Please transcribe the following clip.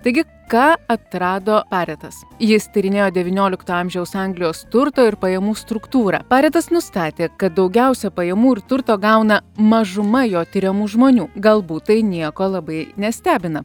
taigi ką atrado pareitas jis tyrinėjo devyniolikto amžiaus anglijos turto ir pajamų struktūrą paretas nustatė kad daugiausia pajamų ir turto gauna mažuma jo tiriamų žmonių galbūt tai nieko labai nestebina